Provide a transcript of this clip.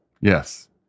Yes